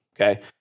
okay